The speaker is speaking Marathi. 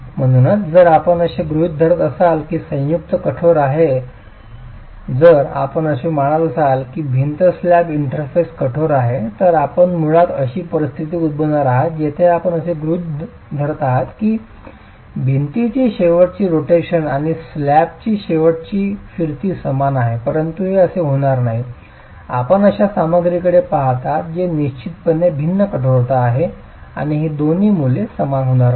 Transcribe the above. म्हणून जर आपण असे गृहित धरत असाल की संयुक्त कठोर आहे जर आपण असे मानत असाल की ही भिंत स्लॅब इंटरफेस कठोर आहे तर आपण मुळात अशी परिस्थिती उद्भवणार आहात जेथे आपण असे गृहित धरत आहात की भिंतीची शेवटची रोटेशन आणि स्लॅबची शेवटची फिरती समान आहे परंतु हे असे होणार नाही आपण अशा सामग्रीकडे पहात आहात जे निश्चितपणे भिन्न कठोरता आहेत आणि ही दोन्ही मूल्ये समान होणार नाहीत